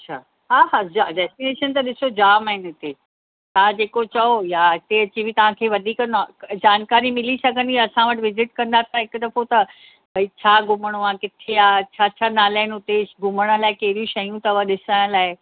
अच्छा हा हा जा डेस्टीनेशन त ॾिसो जामु आहिनि हिते तव्हां जेको चओ या हिते अची बि तव्हां खे वधीक नौ जानकारी मिली सघंदी असां वटि विज़िट कंदा त हिकु दफ़ो त भई छा घुमणो आहे किथे आहे छा छा नाला आहिनि उते घुमण लाइ कहिड़ियूं शयूं अथव ॾिसण लाइ